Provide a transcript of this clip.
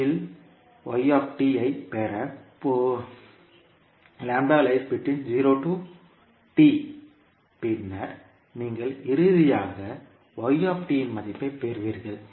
T இல் ஐப் பெற 0 பின்னர் நீங்கள் இறுதியாக இன் மதிப்பைப் பெறுவீர்கள்